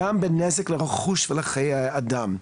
גם בנזק לרכוש ולחיי אדם.